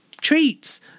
treats